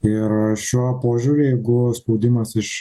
ir šiuo požiūriu jeigu spaudimas iš